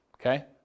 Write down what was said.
Okay